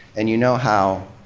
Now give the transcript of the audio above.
and you know how